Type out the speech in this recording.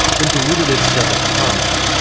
then diluted it several times,